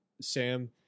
Sam